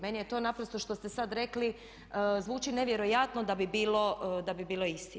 Meni je to naprosto što ste sad rekli zvuči nevjerojatno da bi bilo istinito.